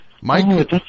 Mike